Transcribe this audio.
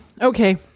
Okay